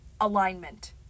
alignment